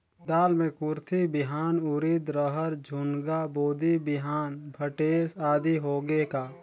दाल मे कुरथी बिहान, उरीद, रहर, झुनगा, बोदी बिहान भटेस आदि होगे का?